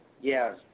Yes